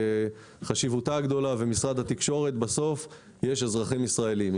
חשיבותה גדולה ומשרד התקשורת בסוף יש אזרחים ישראלים.